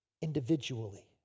individually